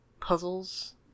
puzzles